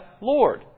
Lord